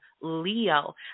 Leo